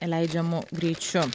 leidžiamu greičiu